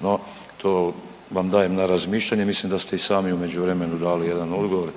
No, to vam dajem na razmišljanje. Mislim da ste i sami u međuvremenu dali jedan odgovor